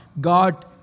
God